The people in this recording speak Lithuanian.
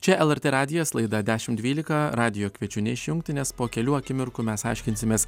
čia lrt radijas laida dešimt dvylika radijo kviečiu neišjungti nes po kelių akimirkų mes aiškinsimės